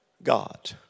god